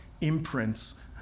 imprints